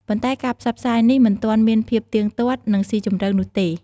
ប៉ុន្តែការផ្សព្វផ្សាយនេះមិនទាន់មានភាពទៀងទាត់ និងស៊ីជម្រៅនោះទេ។